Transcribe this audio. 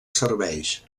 serveix